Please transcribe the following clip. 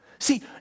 See